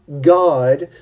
God